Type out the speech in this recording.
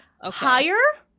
higher